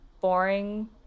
boring